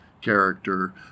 character